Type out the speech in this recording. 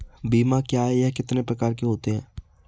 बीमा क्या है यह कितने प्रकार के होते हैं?